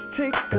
take